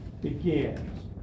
begins